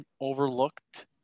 overlooked